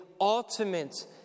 ultimate